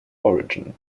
origin